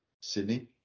Sydney